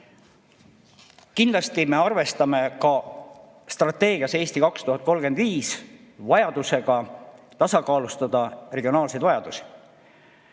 Kindlasti me arvestame ka strateegias "Eesti 2035" vajadusega tasakaalustada regionaalseid vajadusi.